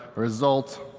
result,